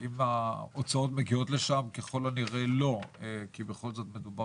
האם ההוצאות מגיעות לשם" ככל הנראה לא כי בכל זאת מדובר